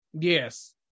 yes